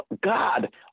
God